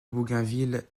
bougainville